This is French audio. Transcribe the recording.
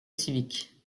civiques